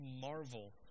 marvel